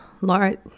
Lord